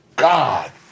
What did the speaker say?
God